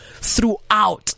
throughout